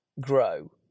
grow